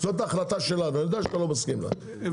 זאת ההחלטה שלנו אני יודע שאתה לא מסכים לה,